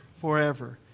forever